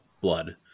blood